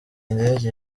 ndege